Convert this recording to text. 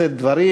לשאת דברים.